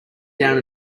down